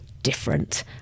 Different